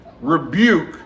rebuke